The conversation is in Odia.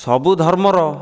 ସବୁ ଧର୍ମର